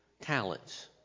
talents